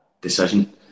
decision